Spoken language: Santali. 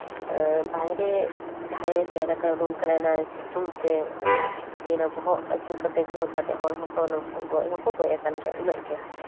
ᱵᱟᱭᱨᱮ ᱡᱟᱦᱟᱸᱭᱮ ᱥᱮᱱ ᱠᱟᱱᱟ ᱩᱰᱩᱠ ᱠᱟᱱᱟ ᱚᱱᱟ ᱥᱤᱛᱩᱝ ᱛᱮ ᱢᱟᱱᱮ ᱵᱚᱦᱚᱜ ᱟᱹᱪᱩᱨ ᱠᱟᱛᱮᱫ ᱜᱷᱳᱨ ᱠᱟᱛᱮᱫ ᱦᱚᱲ ᱦᱚᱸᱠᱚ ᱜᱚᱡ ᱦᱚᱸᱠᱚ ᱜᱚᱡ ᱟᱠᱟᱱ ᱜᱮᱭᱟ ᱩᱱᱟᱹᱜ ᱜᱮ